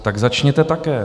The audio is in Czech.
Tak začněte také.